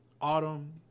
Autumn